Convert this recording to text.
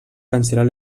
cancel·lar